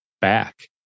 back